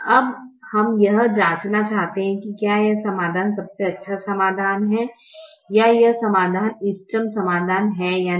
अब हम यह जांचना चाहते हैं कि क्या यह समाधान सबसे अच्छा समाधान है या यह समाधान इष्टतम समाधान है या नहीं